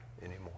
anymore